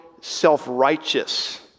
self-righteous